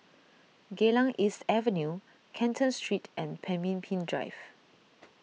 Geylang East Avenue Canton Street and Pemimpin Drive